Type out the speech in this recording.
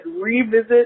revisit